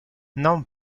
non